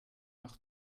noch